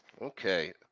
Okay